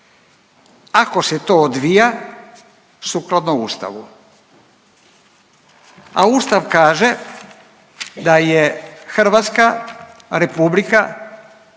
ako se to odvija sukladno Ustavu, a Ustav kaže da je Hrvatska Republika